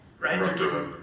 right